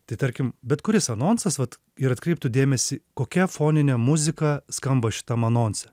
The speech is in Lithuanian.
tai tarkim bet kuris anonsas vat ir atkreiptų dėmesį kokia foninė muzika skamba šitam anonse